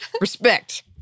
Respect